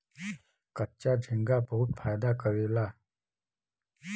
कच्चा झींगा बहुत फायदा करेला